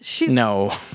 No